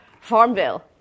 FarmVille